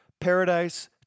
Paradise